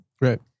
Right